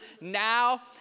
now